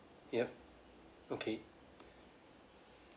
yup okay